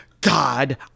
God